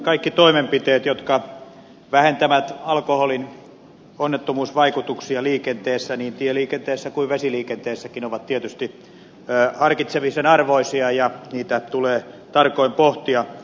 kaikki toimenpiteet jotka vähentävät alkoholin onnettomuusvaikutuksia liikenteessä niin tieliikenteessä kuin vesiliikenteessäkin ovat tietysti harkitsemisen arvoisia ja niitä tulee tarkoin pohtia